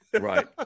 Right